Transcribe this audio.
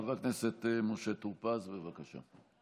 חבר הכנסת משה טור-פז, בבקשה.